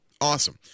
awesome